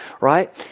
Right